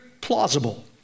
plausible